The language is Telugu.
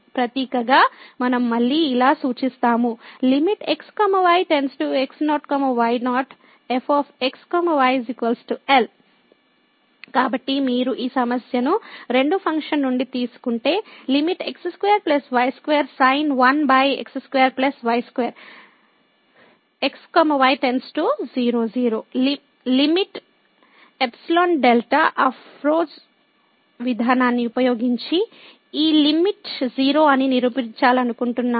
ప్రతీకగా మనం మళ్ళీ ఇలా సూచిస్తాము x y x0 y0 f x y L కాబట్టి మీరు ఈ సమస్యను రెండు ఫంక్షన్ నుండి తీసుకుంటే lim x2y2 sin1x2y2 x y →0 0 limit ϵδ విధానాన్ని ఉపయోగించి ఈ లిమిట్ 0 అని నిరూపించాలనుకుంటున్నాము